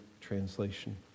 translation